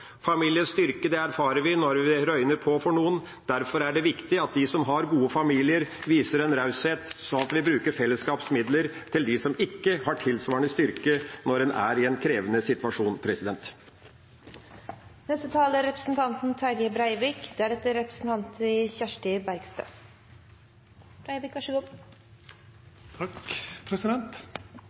Familiens styrke erfarer vi når det røyner på for noen, derfor er det viktig at de som har gode familier, viser en raushet sånn at vi bruker fellesskapets midler til dem som ikke har tilsvarende styrke når en er i en krevende situasjon. Representanten Per Olaf Lundteigen har tatt opp de forslagene han refererte til. Når Stortinget i dag handsamar ei melding om familien og familiepolitikk, er